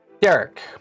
Derek